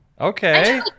okay